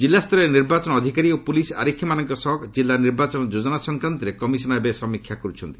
ଜିଲ୍ଲାସ୍ତରୀୟ ନିର୍ବାଚନ ଅଧିକାରୀ ଓ ପୁଲିସ୍ ଆରକ୍ଷୀମାନଙ୍କ ସହ ଜିଲ୍ଲା ନିର୍ବାଚନ ଯୋଜନା ସଂକ୍ରାନ୍ତରେ କମିଶନ ଏବେ ସମୀକ୍ଷା କରୁଛନ୍ତି